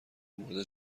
مورد